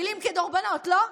מילים כדורבנות, לא?